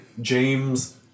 James